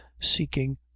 seeking